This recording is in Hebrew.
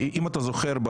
אם אתה זוכר,